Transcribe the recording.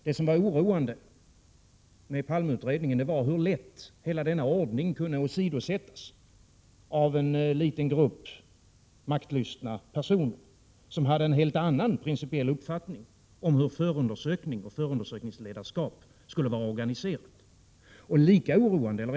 Det oroande med Palmeutredningen var hur lätt hela denna ordning kunde åsidosättas av en liten grupp maktlystna personer, som hade en helt annan principiell uppfattning om hur förundersökning och förundersökningsledarskap skulle vara organiserade.